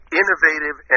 innovative